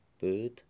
bird